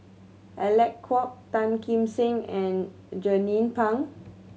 Alec Kuok Tan Kim Seng and Jernnine Pang